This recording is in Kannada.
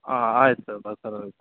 ಹಾಂ ಆಯಿತು ಬಸವರಾಜ್